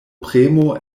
premo